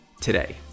today